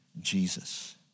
Jesus